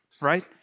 right